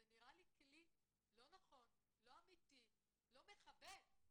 זה נראה לי כלי לא נכון, לא אמיתי ולא מכבד.